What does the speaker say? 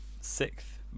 sixth